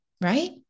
right